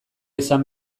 izan